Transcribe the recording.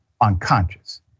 unconscious